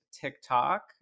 TikTok